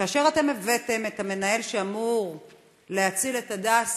כאשר אתם הבאתם את המנהל שאמור להציל את הדסה,